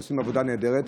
הם עושים עבודה נהדרת,